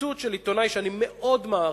בציטוט של עיתונאי שאני מאוד מעריך,